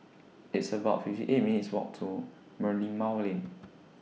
It's about fifty eight minutes' Walk to Merlimau Lane